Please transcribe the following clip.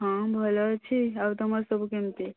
ହଁ ଭଲ ଅଛି ଆଉ ତୁମର ସବୁ କେମିତି